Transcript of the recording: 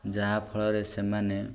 ଯାହାଫଳରେ ସେମାନେ